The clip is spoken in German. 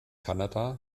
kanada